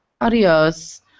Adios